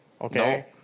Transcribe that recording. okay